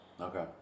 Okay